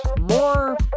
more